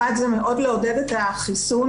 אחת זה מאוד לעודד את החיסון,